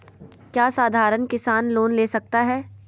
क्या साधरण किसान लोन ले सकता है?